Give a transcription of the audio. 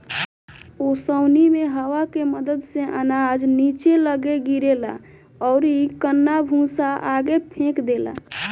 ओसौनी मे हवा के मदद से अनाज निचे लग्गे गिरेला अउरी कन्ना भूसा आगे फेंक देला